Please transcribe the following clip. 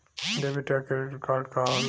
Debit या credit card का होला?